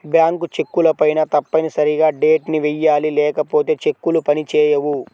bank చెక్కులపైన తప్పనిసరిగా date ని వెయ్యాలి లేకపోతే చెక్కులు పని చేయవు